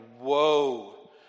Woe